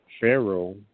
Pharaoh